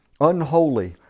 unholy